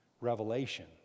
revelation